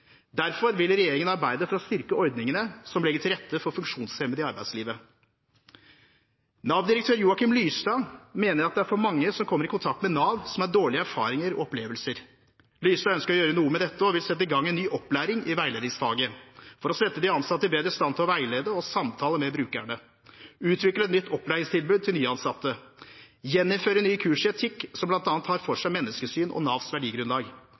Derfor vil regjeringen arbeide for å styrke ordningene som legger til rette for funksjonshemmede i arbeidslivet. Nav-direktør Joachim Lystad mener at det er for mange som kommer i kontakt med Nav, som har dårlige erfaringer og opplevelser. Lystad ønsker å gjøre noe med dette og vil sette i gang med en ny opplæring i veiledningsfaget for å sette de ansatte bedre i stand til å veilede og samtale med brukerne, utvikle et nytt opplæringstilbud til nyansatte, gjeninnføre nye kurs i etikk, som bl.a. tar for seg menneskesyn og Navs verdigrunnlag,